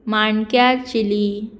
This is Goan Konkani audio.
माणक्यां चिली